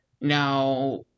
Now